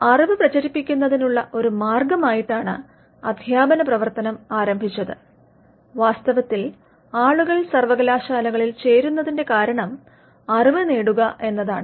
അറിവ് പ്രചരിപ്പിക്കുന്നതിനുള്ള ഒരു മാർഗമായിട്ടാണ് അദ്ധ്യാപന പ്രവർത്തനം ആരംഭിച്ചത് വാസ്തവത്തിൽ ആളുകൾ സർവ്വകലാശാലകളിൽ ചേരുന്നതിന്റെ കാരണം അറിവ് നേടുക എന്നതാണ്